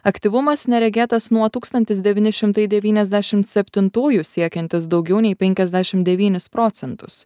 aktyvumas neregėtas nuo tūkstantis devyni šimtai devyniasdešim septintųjų siekiantis daugiau nei penkiasdešim devynis procentus